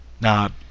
Now